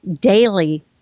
daily